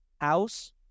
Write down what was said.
house